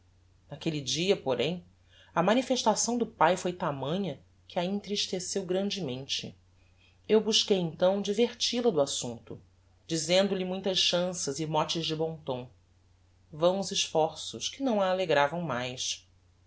naquelle dia porém a manifestação do pae foi tamanha que a entristeceu grandemente eu busquei então divertil a do assumpto dizendo-lhe muitas chanças e motes de bom tom vãos esforços que não a alegravam mais